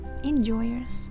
enjoyers